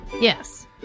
Yes